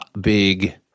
big